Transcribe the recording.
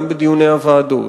גם בדיוני הוועדות,